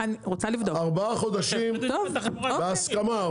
ארבעה חודשים בהסכמה,